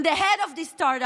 In the head of this start-up,